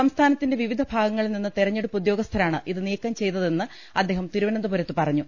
സംസ്ഥാനത്തിന്റെ വിവിധ ഭാഗങ്ങളിൽനിന്ന് തെരഞ്ഞെടുപ്പ് ഉദ്യോഗസ്ഥരാണ് ഇത് നീക്കം ചെയ്തതെന്ന് അദ്ദേഹം തിരുവനന്തപുരത്ത് പറഞ്ഞു